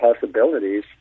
possibilities